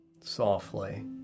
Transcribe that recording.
softly